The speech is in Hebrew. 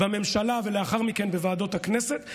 בממשלה ולאחר מכן בוועדות הכנסת,